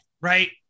right